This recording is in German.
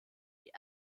die